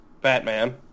Batman